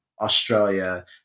australia